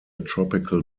tropical